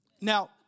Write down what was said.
Now